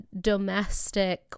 domestic